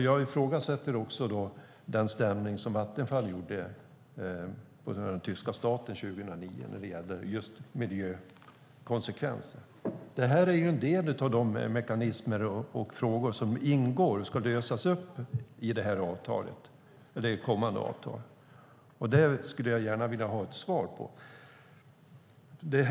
Jag ifrågasätter också Vattenfalls stämning av tyska staten 2009 när det gällde just miljökonsekvenser. Det är en del av de mekanismer och frågor som ingår och som ska lösas upp i kommande avtal. Jag skulle vilja ha ett svar på det.